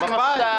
מתי?